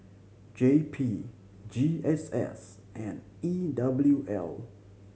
J P G S S and E W L